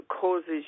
causes